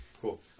Cool